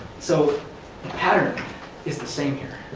so pattern is the same here.